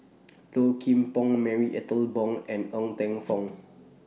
Low Kim Pong Marie Ethel Bong and Ng Teng Fong